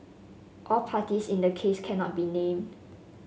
all parties in the case cannot be named